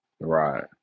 right